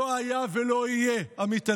לא היה ולא יהיה, עמית הלוי.